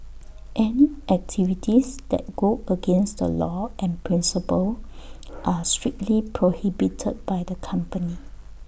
any activities that go against the law and principle are strictly prohibited by the company